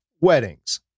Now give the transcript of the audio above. weddings